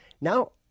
now